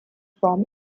form